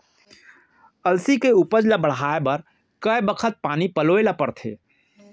अलसी के उपज ला बढ़ए बर कय बखत पानी पलोय ल पड़थे?